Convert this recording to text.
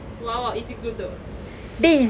!wow! is it good though